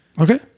Okay